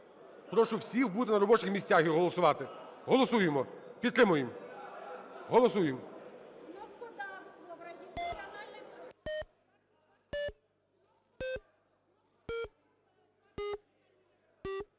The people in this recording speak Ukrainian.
Прошу всіх бути на робочих місцях і голосувати. Голосуємо. Підтримуємо. Голосуємо.